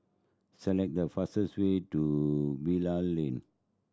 select the fastest way to Bilal Lane